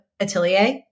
Atelier